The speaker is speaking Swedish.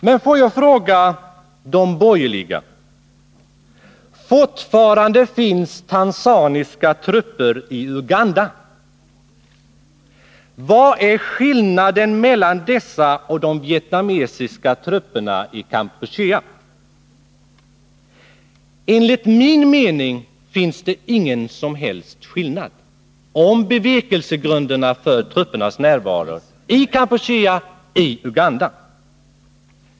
Men får jag ställa en fråga till de borgerliga: Fortfarande finns tanzaniska trupper i Uganda. Vad är skillnaden mellan dessa och de vietnamesiska trupperna i Kampuchea? Enligt min mening finns det ingen som helst skillnad i fråga om bevekelsegrunderna för truppernas närvaro i Kampuchea och i Uganda.